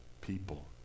people